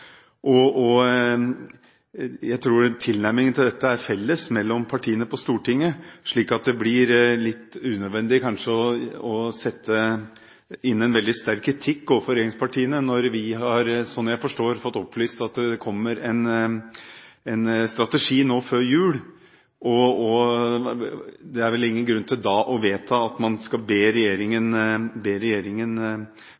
samfunnet vårt. Jeg tror tilnærmingen til dette er felles i partiene på Stortinget, slik at det kanskje blir litt unødvendig å sette inn en veldig sterk kritikk mot regjeringspartiene når vi – sånn som jeg forstår det – har fått opplyst at det kommer en strategi nå før jul. Det er vel da ingen grunn til å vedta at man skal be regjeringen